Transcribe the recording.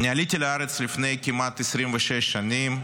אני עליתי לארץ לפני כמעט 26 שנים.